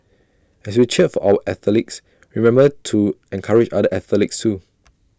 as we cheer for our athletes remember to encourage other athletes too